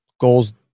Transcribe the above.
goals